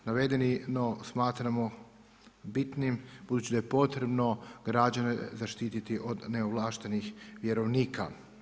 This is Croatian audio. Navedeno smatramo bitnim budući da je potrebno građane zaštititi od neovlaštenih vjerovnika.